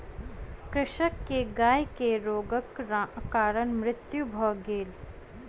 कृषक के गाय के रोगक कारण मृत्यु भ गेल